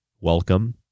welcome